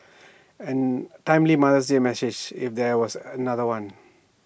timely mother's day message if there was another one